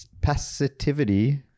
passivity